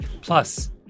Plus